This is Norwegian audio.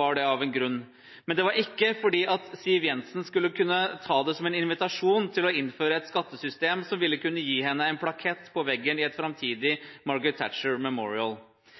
var det av en grunn. Men det var ikke fordi Siv Jensen skulle kunne ta det som en invitasjon til å innføre et skattesystem som ville kunne gi henne en plakett på veggen i et framtidig Margaret Thatcher Memorial.